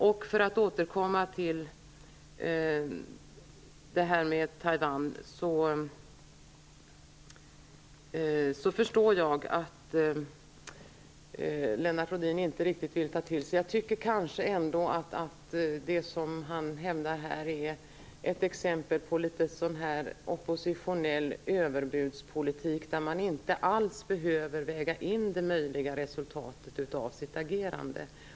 Jag förstår att Lennart Rohdin inte riktigt vill ta till sig det här med Taiwan. Men jag tycker kanske ändå att det han hävdar här är exempel på oppositionell överbudspolitik, där man inte alls behöver väga in det möjliga resultatet av sitt agerande.